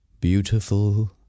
Beautiful